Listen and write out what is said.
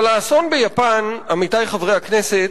אבל האסון ביפן, עמיתי חברי הכנסת,